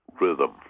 rhythm